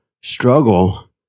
struggle